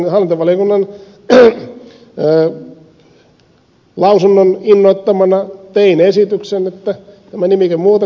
hallintovaliokunnan lausunnon innoittamana tein esityksen että nimike muutettaisiin ed